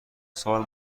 سال